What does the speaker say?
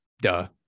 duh